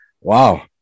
Wow